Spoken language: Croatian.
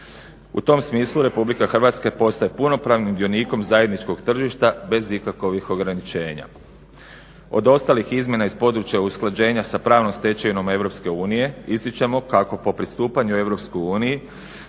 U tom smislu Republika Hrvatska postaje punopravnim dionikom zajedničkog tržišta bez ikakovih ograničenja. Od ostalih izmjena iz područja usklađenja sa pravnom stečevinom EU ističemo kako po pristupanju EU